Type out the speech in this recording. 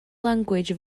language